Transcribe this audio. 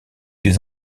des